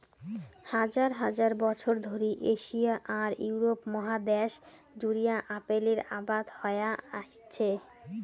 হাজার হাজার বছর ধরি এশিয়া আর ইউরোপ মহাদ্যাশ জুড়িয়া আপেলের আবাদ হয়া আইসছে